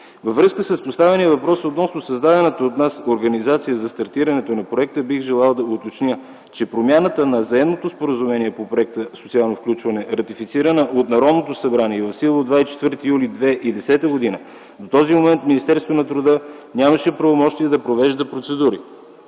Във връзка с поставения въпрос относно създадената от нас организация за стартирането на проекта бих желал да уточня, че с промяната на Заемното споразумение по Проекта „Социално включване”, ратифицирано от Народното събрание, в сила от 24 юли 2010 г., до този момент Министерството на труда нямаше правомощие да провежда процедури.